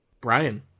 Brian